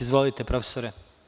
Izvolite, profesore.